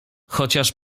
chociaż